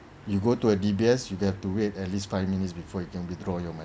you go to a D_B_S you have to wait at least five minutes before you can withdraw your money